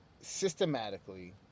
systematically